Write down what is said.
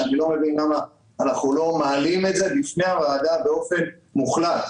ואני לא מבין למה אנחנו מעלים את זה בפני הוועדה באופן מוחלט.